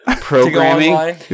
programming